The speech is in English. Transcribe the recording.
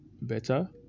better